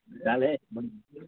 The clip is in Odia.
ଚାଲ